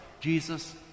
Jesus